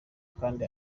kandi